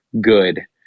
good